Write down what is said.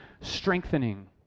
strengthening